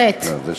חטא.